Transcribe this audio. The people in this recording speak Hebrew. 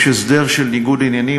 יש הסדר של ניגוד עניינים,